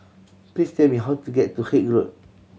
please tell me how to get to Haig Road